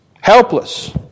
helpless